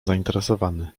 zainteresowany